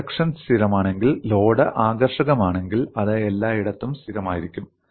cross section സ്ഥിരമാണെങ്കിൽ load ആകർഷകമാണെങ്കിൽ അത് എല്ലായിടത്തും സ്ഥിരമായിരിക്കും